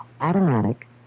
Automatic